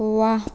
वाह